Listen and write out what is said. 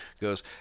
goes